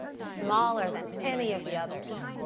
smaller than any of the others.